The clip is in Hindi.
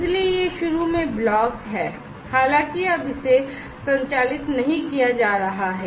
इसलिए यह शुरू में ब्लॉक है हालांकि अब इसे संचालित नहीं किया जा रहा है